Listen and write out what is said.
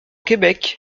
québec